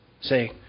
Say